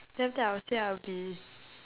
then after that I will say I will be